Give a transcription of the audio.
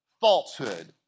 falsehood